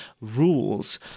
rules